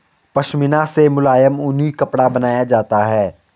पशमीना से मुलायम ऊनी कपड़ा बनाया जाता है